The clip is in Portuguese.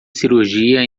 cirurgia